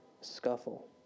scuffle